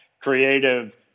creative